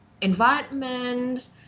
environment